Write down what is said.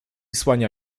słania